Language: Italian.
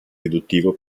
riduttivo